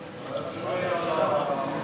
אלא אם כן